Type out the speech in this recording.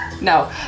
No